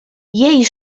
jej